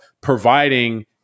providing